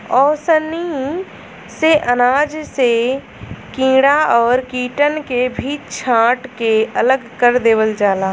ओसैनी से अनाज से कीड़ा और कीटन के भी छांट के अलग कर देवल जाला